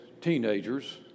teenagers